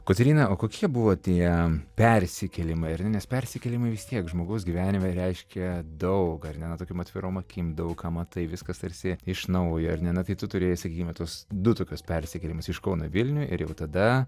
kotryna o kokie buvo tie persikėlimai ar ne nes persikėlimai vis tiek žmogaus gyvenime reiškia daug ar ne na tokiom atvirom akim daug ką matai viskas tarsi iš naujo ar ne na tai tu turėjai sakykime tuos du tokius persikėlimus iš kauno į vilnių ir jau tada